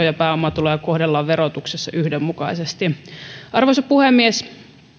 ja pääomatuloja kohdellaan verotuksessa yhdenmukaisesti arvoisa puhemies